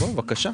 בבקשה.